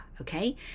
okay